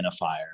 identifier